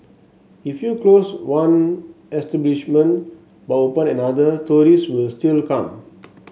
if you close one establishment but open another tourist will still come